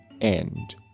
end